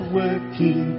working